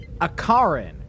Akarin